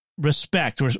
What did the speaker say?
respect